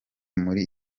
muri